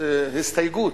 להסתייגות,